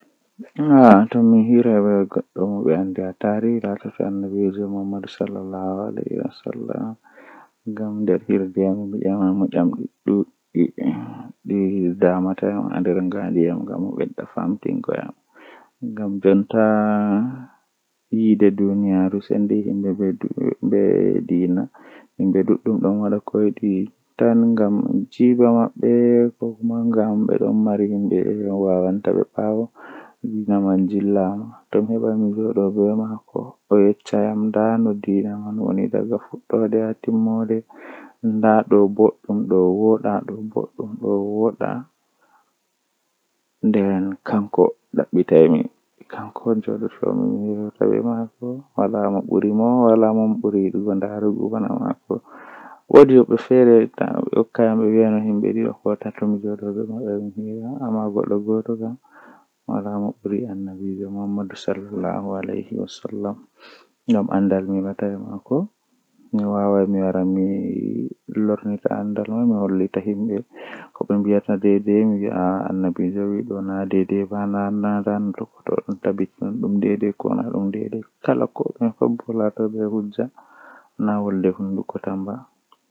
Ndikkinami mi darna wakkati dow mi lorna wakkati man baawo ngam to mi lorni wakkati man baawo ko arti fe'e haa baawo man fuu kanjum on lorata fe'a haa woodi ko fe'e beldum woodi ko fe'e velai nden mi arti mi laari ngamman ndikka mi darni wakkati man dara